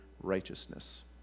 righteousness